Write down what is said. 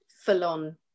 full-on